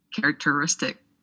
characteristic